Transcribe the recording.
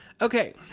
Okay